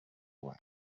way